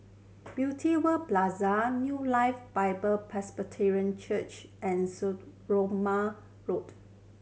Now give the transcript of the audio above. Beauty World Plaza New Life Bible Presbyterian Church and Stagmont Road